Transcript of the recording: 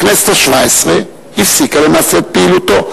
הכנסת השבע-עשרה הפסיקה למעשה את פעילותו.